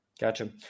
Gotcha